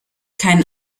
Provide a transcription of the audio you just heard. kein